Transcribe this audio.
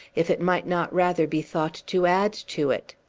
if it might not rather be thought to add to it.